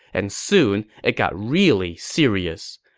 and soon it got really serious.